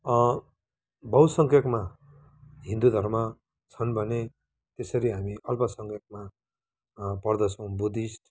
बहुसङ्ख्यकमा हिन्दू धर्म छन् भने यसरी हामी अल्पसङ्ख्यकमा पर्दछौँ बुद्धिष्ट